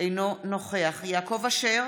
אינו נוכח יעקב אשר,